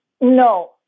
No